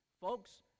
Folks